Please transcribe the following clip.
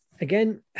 again